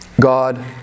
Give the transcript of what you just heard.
God